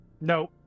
no